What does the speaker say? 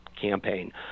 campaign